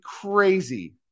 crazy